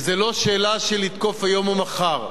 וזאת לא שאלה של לתקוף היום או מחר.